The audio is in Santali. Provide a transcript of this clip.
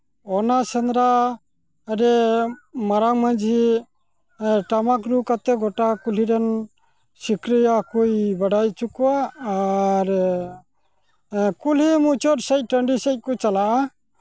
ᱚᱱᱟ ᱥᱮᱸᱫᱽᱨᱟ ᱨᱮ ᱢᱟᱨᱟᱝ ᱢᱟᱹᱡᱷᱤ ᱴᱟᱢᱟᱠ ᱨᱩ ᱠᱟᱛᱮᱫ ᱜᱳᱴᱟ ᱠᱩᱞᱦᱤ ᱨᱮᱱ ᱥᱤᱠᱟᱹᱨᱤᱭᱟᱹ ᱠᱚᱭ ᱵᱟᱰᱟᱭ ᱦᱚᱪᱚ ᱠᱚᱣᱟ ᱟᱨ ᱠᱩᱞᱦᱤ ᱢᱩᱪᱟᱹᱫ ᱥᱮᱫ ᱴᱟᱺᱰᱤ ᱥᱮᱫ ᱠᱚ ᱪᱟᱞᱟᱜᱼᱟ